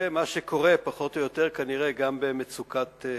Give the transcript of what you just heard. זה מה שקורה פחות או יותר כנראה גם במצוקת האשפוז.